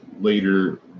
later